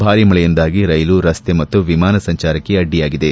ಭಾರೀ ಮಳೆಯಿಂದಾಗಿ ರೈಲು ರಸ್ತೆ ಹಾಗೂ ವಿಮಾನ ಸಂಚಾರಕ್ಕೆ ಅಡ್ಡಿಯಾಗಿದೆ